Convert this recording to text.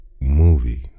movie